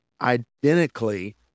identically